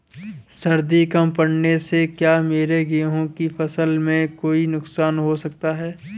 सर्दी कम पड़ने से क्या मेरे गेहूँ की फसल में कोई नुकसान हो सकता है?